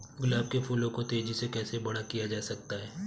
गुलाब के फूलों को तेजी से कैसे बड़ा किया जा सकता है?